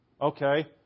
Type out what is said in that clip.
Okay